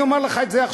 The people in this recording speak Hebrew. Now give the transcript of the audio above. אני אומר לך את זה.